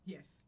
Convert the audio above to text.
Yes